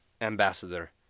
Ambassador